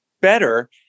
better